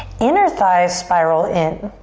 inner thighs spiral in.